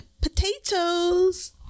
potatoes